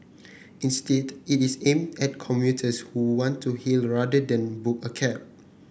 instead it is aimed at commuters who want to hail rather than book a cab